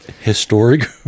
Historic